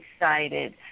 excited